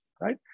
right